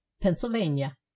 pennsylvania